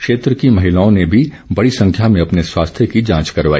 क्षेत्र की महिलाओं ने भी बडी संख्या में अपने स्वास्थ्य की जांच करवाई